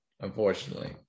unfortunately